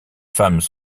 femmes